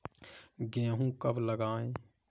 गेहूँ कब लगाएँ?